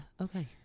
Okay